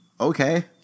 Okay